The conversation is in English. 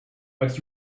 but